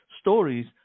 stories